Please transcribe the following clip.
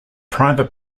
private